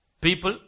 people